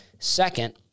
Second